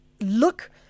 look